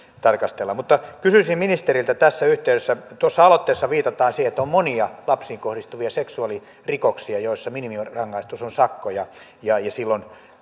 tarkastellaan kysyisin ministeriltä tässä yhteydessä tuossa aloitteessa viitataan siihen että on monia lapsiin kohdistuvia seksuaalirikoksia joissa minimirangaistus on sakkoja ja ja silloin